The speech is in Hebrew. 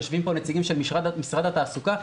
יושבים פה נציגים של משרד התעסוקה,